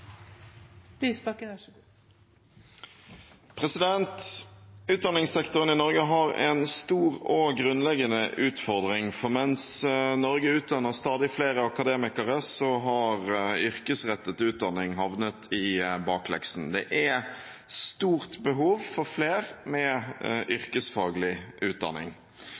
Utdanningssektoren i Norge har en stor og grunnleggende utfordring. Mens Norge utdanner stadig flere akademikere, har yrkesrettet utdanning havnet i bakleksen. Det er stort behov for flere med yrkesfaglig utdanning.